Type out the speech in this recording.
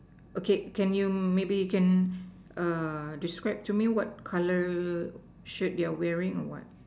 okay can you maybe can err describe to me what colour shirt they wearing or what